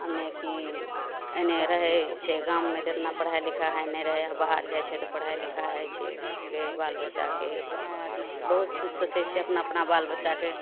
यानि की एने रहै छै गाममे तऽ एतना पढ़ाइ लिखाइ होइ नहि रहै आब बाहर जाइ छै तऽ पढ़ाइ लिखाइ होइ छै बाल बच्चाके बहुत किछु सोचे छै अपना अपना बाल बच्चाके